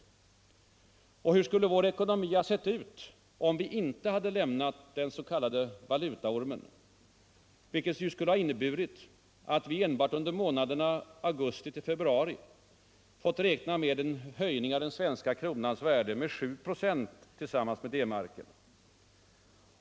Hur skulle vår ekonomi ha sett ut, om vi inte hade lämnat den s.k. valutaormen, vilket ju skulle ha inneburit att vi enbart under månaderna augusti-februari fått räkna med en höjning av den svenska kronans värde med 7 26 tillsammans med D markens?